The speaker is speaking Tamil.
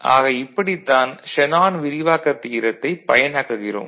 ஆக இப்படித் தான் ஷேனான் விரிவாக்கத் தியரத்தைப் பயனாக்குகிறோம்